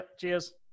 Cheers